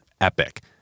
epic